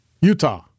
Utah